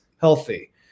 healthy